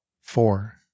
four